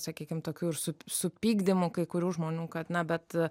sakykime tokių ir su supykdimu kai kurių žmonių kad na bet